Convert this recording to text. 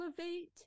Elevate